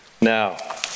Now